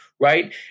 right